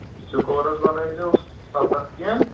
سٕکورَس بَنٲیزیو سَتَتھ کین